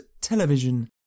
television